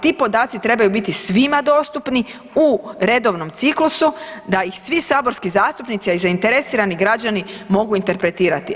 Ti podaci trebaju biti svima dostupni u redovnom ciklusu da ih svih saborski zastupnici, a i zainteresirani građani mogu interpretirati.